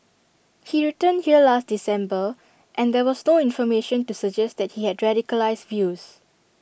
he returned here last December and there was no information to suggest that he had radicalised views